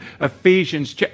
Ephesians